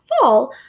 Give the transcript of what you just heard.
fall